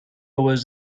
was